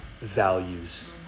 values